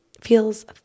feels